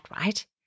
right